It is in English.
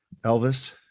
elvis